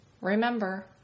remember